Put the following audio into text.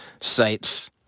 sites